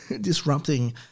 disrupting